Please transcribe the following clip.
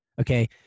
Okay